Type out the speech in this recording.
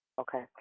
Okay